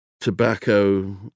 tobacco